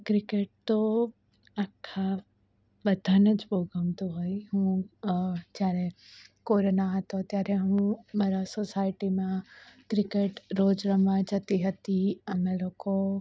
cricket તો આખા બધાને જ બહુ ગમતું હોય હું જ્યારે કોરોના હતો ત્યારે હું મારા સોસાયટીમાં ક્રિકેટ રોજ રમવા જતી હતી અમે લોકો